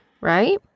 right